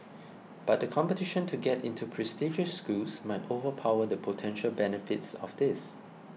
but the competition to get into prestigious schools might overpower the potential benefits of this